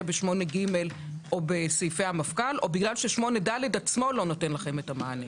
ב-8ג או בסעיפי המפכ"ל או בגלל ש-8ד עצמו לא נותן לכם את המענה?